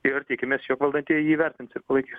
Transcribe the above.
ir tikimės jog valdantieji jį įvertins ir palaikys